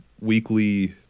weekly